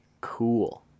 Cool